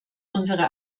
unsere